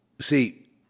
See